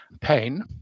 pain